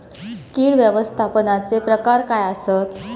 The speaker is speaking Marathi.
कीड व्यवस्थापनाचे प्रकार काय आसत?